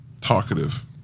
talkative